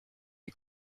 est